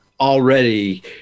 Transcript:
already